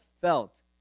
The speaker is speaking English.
felt